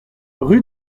rue